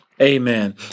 Amen